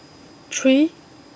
three